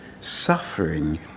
Suffering